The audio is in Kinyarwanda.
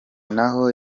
naho